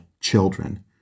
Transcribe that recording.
children